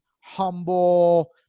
humble